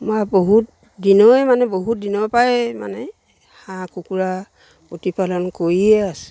মই বহুত দিনৰে মানে বহুত দিনৰপৰাই মানে হাঁহ কুকুৰা প্ৰতিপালন কৰিয়ে আছো